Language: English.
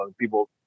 people